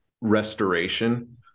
restoration